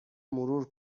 مرور